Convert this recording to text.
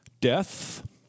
Death